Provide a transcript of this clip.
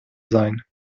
sein